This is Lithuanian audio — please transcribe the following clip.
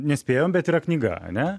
nespėjom bet yra knyga ar ne